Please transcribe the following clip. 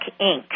Inc